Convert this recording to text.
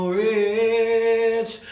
rich